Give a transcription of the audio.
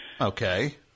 Okay